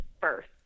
first